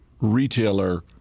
retailer